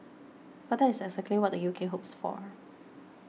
but that is exactly what the U K hopes for